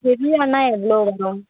ஹெவியான்னால் எவ்வளோ வரும்